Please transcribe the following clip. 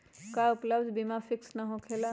का उपलब्ध बीमा फिक्स न होकेला?